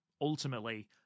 ultimately